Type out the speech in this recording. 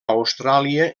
austràlia